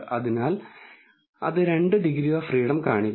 അതിനാൽ അത് രണ്ട് ഡിഗ്രി ഓഫ് ഫ്രീഡം കാണിക്കുന്നു